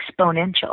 exponential